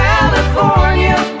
California